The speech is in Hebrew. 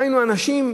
דהיינו, אנשים